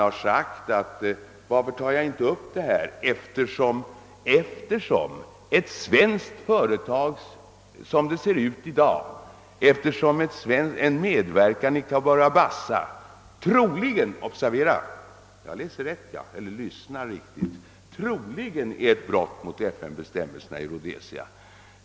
Herr Ahlmark har frågat varför jag inte tar upp frågan eftersom, som det ser ut i dag, ett svenskt företags medverkan i Cabora Bassa-projektet — lyssna att jag läser rätt — troligen är ett brott mot FN-bestämmelserna i Rhodesia.